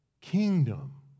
kingdom